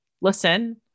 listen